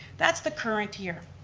that's the current year.